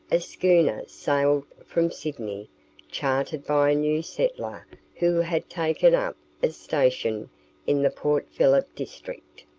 a schooner sailed from sydney chartered by a new settler who had taken up a station in the port phillip district.